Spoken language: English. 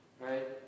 right